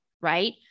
right